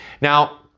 Now